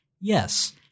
yes